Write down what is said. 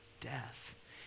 death